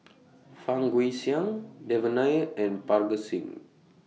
Fang Guixiang Devan Nair and Parga Singh